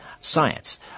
Science